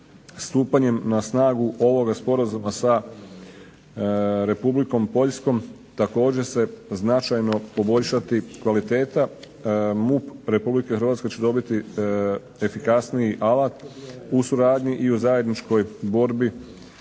stupanjem na snagu ovoga Sporazuma sa Republikom Poljskom također se značajno poboljšati kvaliteta. MUP Republike Hrvatske će dobiti efikasniji alat u suradnji i u zajedničkoj borbi